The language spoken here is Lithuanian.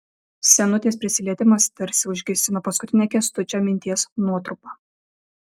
senutės prisilietimas tarsi užgesino paskutinę kęstučio minties nuotrupą